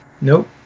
Nope